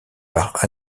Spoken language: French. par